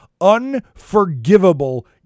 unforgivable